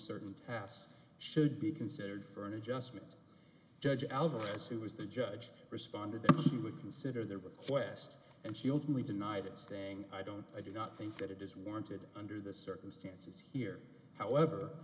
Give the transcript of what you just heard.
certain tasks should be considered for an adjustment judge alvarez who is the judge responded that he would consider their request and shield we denied it saying i don't i do not think that it is warranted under the circumstances here however